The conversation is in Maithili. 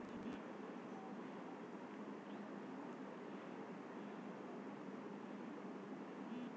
अंगुर सराए केँ रसकेँ कंटेनर मे ढारल जाइ छै कंटेनर केँ बजार भेजल जाइ छै